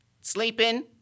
sleeping